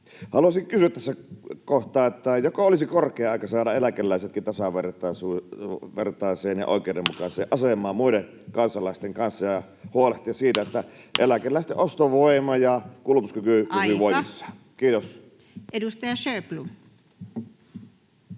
Haluaisin kysyä tässä kohtaa: joko olisi korkea aika saada eläkeläisetkin tasavertaiseen ja oikeudenmukaiseen asemaan muiden kansalaisten kanssa ja huolehtia siitä, [Puhemies: Aika!] että eläkeläisten ostovoima ja kulutuskyky pysyvät voimissaan? — Kiitos. [Speech